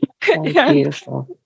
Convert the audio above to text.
Beautiful